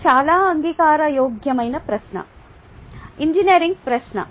ఇది చాలా అంగీకారయోగ్యమైన ప్రశ్న ఇంజనీరింగ్ ప్రశ్న